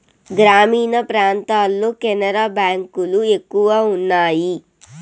గ్రామీణ ప్రాంతాల్లో కెనరా బ్యాంక్ లు ఎక్కువ ఉన్నాయి